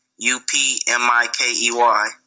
U-P-M-I-K-E-Y